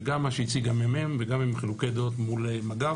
גם מה שהציג הממ"מ וגם חילוקי הדעות מג"ב